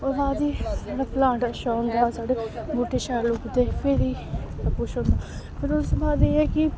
ओह्दे बाद बी साढ़ा प्लांट अच्छा होंदा साढ़े बूह्टे शैल उगदे फिर ई कुछ होंदा फिर उस बाद एह् ऐ कि